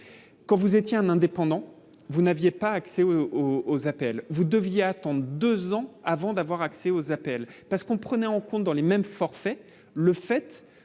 quand vous étiez un indépendant, vous n'aviez pas accès au aux appels vous deviez attendre 2 ans avant d'avoir accès aux appels parce qu'on prenait en compte dans les mêmes forfaits, le fait